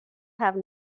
have